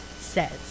says